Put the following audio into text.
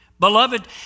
Beloved